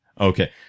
okay